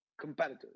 competitors